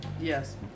Yes